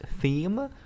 theme